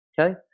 Okay